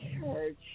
church